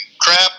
Crap